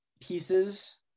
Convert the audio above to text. pieces